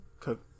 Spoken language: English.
cook